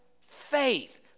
faith